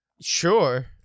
Sure